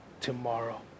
tomorrow